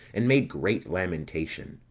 and made great lamentation.